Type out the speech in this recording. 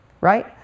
right